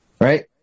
right